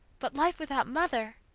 but life without mother!